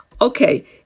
okay